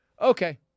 Okay